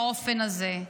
באופן הזה?